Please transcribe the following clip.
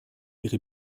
ihre